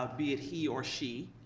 ah be it he or she,